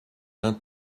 d’un